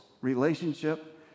relationship